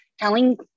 Telling